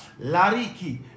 Lariki